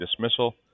dismissal